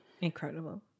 Incredible